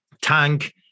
tank